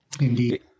Indeed